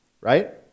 right